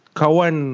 kawan